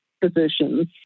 positions